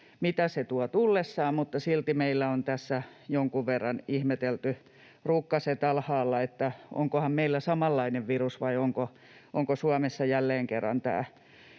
mitä se tuo tullessaan, mutta silti meillä on tässä jonkun verran ihmetelty rukkaset alhaalla, onkohan meillä samanlainen virus vai onko Suomessa jälleen kerran tämä